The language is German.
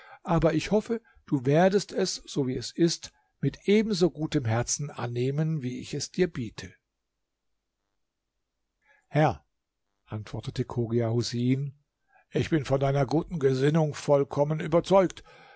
aber ich hoffe du werdest es so wie es ist mit ebenso gutem herzen annehmen wie ich es dir biete herr antwortete chogia husein ich bin von deiner guten gesinnung vollkommen überzeugt